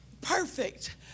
perfect